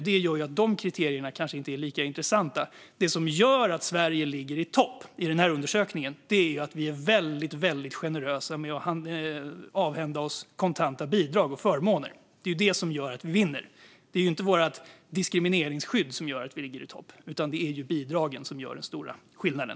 Det gör att de kriterierna kanske inte är lika intressanta. Det som gör att Sverige ligger i topp i den här undersökningen är att vi är väldigt generösa med att avhända oss kontanta bidrag och förmåner. Det är det som gör att vi vinner. Det är inte vårt diskrimineringsskydd som gör att vi ligger i topp, utan det är bidragen som gör den stora skillnaden.